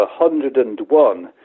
101